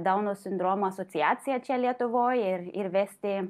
dauno sindromo asociacija čia lietuvoj ir ir vesti